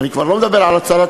אני כבר לא מדבר על הצלת,